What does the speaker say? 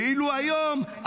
ואילו היום,